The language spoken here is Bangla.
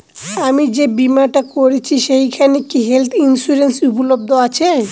আমি যে বীমাটা করছি সেইখানে কি হেল্থ ইন্সুরেন্স উপলব্ধ আছে?